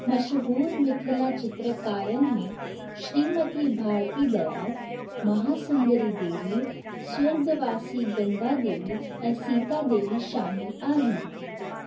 मशहूरु मिथिला चित्रकारनि में श्रीमती भारती दयाल महासुंदरी देवी स्वर्गवासी गंगा देवी ऐं सीता देवी शामिलु आहिनि